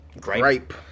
Gripe